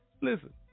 listen